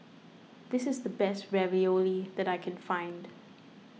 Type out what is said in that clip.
this is the best Ravioli that I can find